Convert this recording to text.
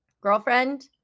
girlfriend